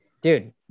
dude